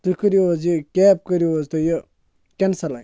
تُہۍ کٔرِو حظ یہِ کیب کٔرِو حظ تُہۍ یہِ کٮ۪نسَلٕے